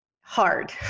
hard